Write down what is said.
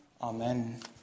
Amen